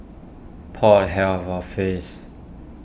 Port Health Office